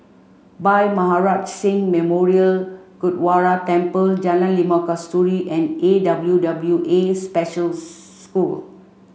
Bhai Maharaj Singh Memorial Gurdwara Temple Jalan Limau Kasturi and A W W A Special School